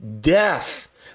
death